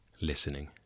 listening